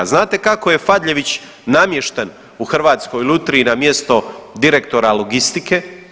Znate kako je Fadljević namješten u Hrvatskoj lutriji na mjesto direktora logistike?